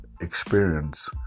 experience